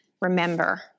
remember